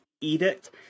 edict